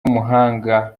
w’umuhanga